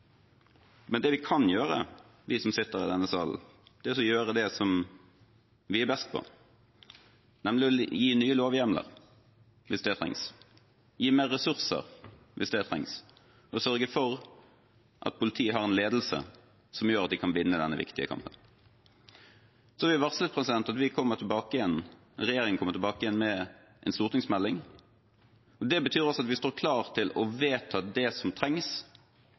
Det vi kan gjøre, vi som sitter i denne salen, er å gjøre det vi er best til, nemlig å gi nye lovhjemler hvis det trengs, gi mer ressurser hvis det trengs, og sørge for at politiet har en ledelse som gjør at de kan vinne denne viktige kampen. Regjeringen har varslet at den kommer tilbake igjen med en stortingsmelding. Det betyr at vi står klar til å vedta det som trengs